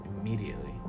immediately